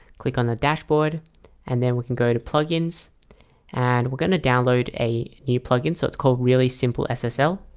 click on the dashboard and then we can go to plugins and we're going to download a new plug-in. so it's called really simple ssl ah so